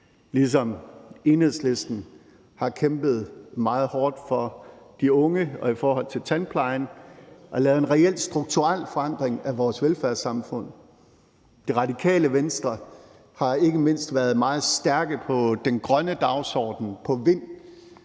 ligesom Enhedslisten har kæmpet meget hårdt for de unge og i forhold til tandplejen og lavet en reel strukturel forandring af vores velfærdssamfund, og Radikale Venstre har ikke mindst været meget stærke på den grønne dagsorden, på